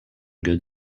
good